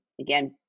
again